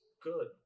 Good